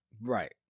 Right